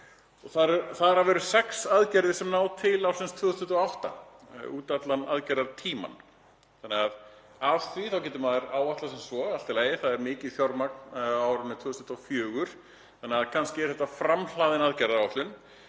Þar af eru sex aðgerðir sem ná til ársins 2028, út allan aðgerðatímann, þannig að af því getur maður áætlað sem svo: Allt í lagi, það er mikið fjármagn á árinu 2024 þannig að kannski er þetta framhlaðin aðgerðaáætlun